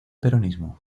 peronismo